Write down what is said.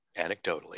anecdotally